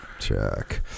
Check